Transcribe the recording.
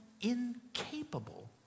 incapable